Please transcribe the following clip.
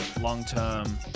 long-term